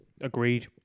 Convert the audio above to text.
Agreed